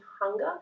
hunger